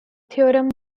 theorem